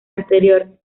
anterior